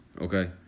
okay